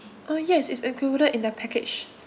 uh yes it's included in the package